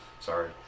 Sorry